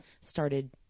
started